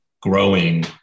growing